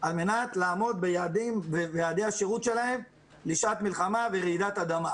על מנת לעמוד ביעדי השירות שלהם לשעת מלחמה ורעידת אדמה.